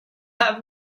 have